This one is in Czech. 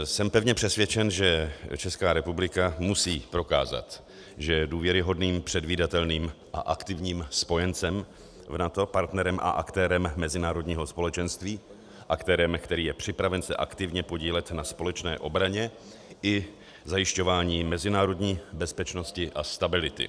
Jsem pevně přesvědčen, že Česká republika musí prokázat, že je důvěryhodným, předvídatelným a aktivním spojencem v NATO a partnerem a aktérem mezinárodního společenství, který je připraven se aktivně podílet na společné obraně i zajišťování mezinárodní bezpečnosti a stability.